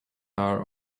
are